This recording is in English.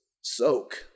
soak